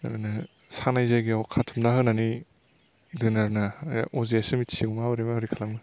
ओरैनो सानाय जायगायाव खाथुमना होनानै दोनो आरो ना बे अजायासो मिथिगिसिगौ माब्रै माब्रै खालामो